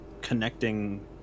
connecting